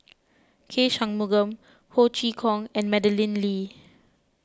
K Shanmugam Ho Chee Kong and Madeleine Lee